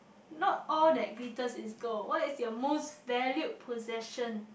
not all that glitters is gold what is your most valued possession